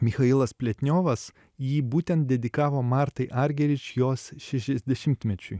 michailas pletniovas jį būtent dedikavo martai argerič jos šešiasdešimtmečiui